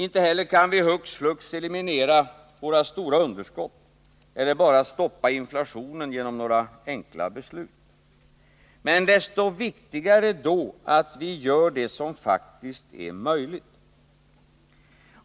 Inte heller kan vi hux flux eliminera våra stora underskott eller stoppa inflationen bara genom några enkla beslut. Men desto viktigare då att vi gör det som faktiskt är möjligt.